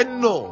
no